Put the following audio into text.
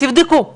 תבדקו את זה,